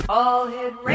All-Hit